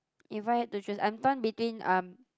if I had to choose I'm torn between um